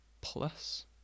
Plus